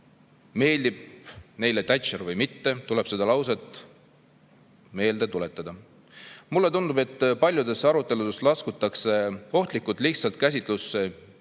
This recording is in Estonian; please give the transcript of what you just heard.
meeldib neile Thatcher või mitte, tuleb seda lauset meelde tuletada. Mulle tundub, et paljudes aruteludes laskutakse ohtlikult lihtsalt käsitlusse